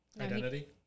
identity